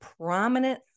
prominent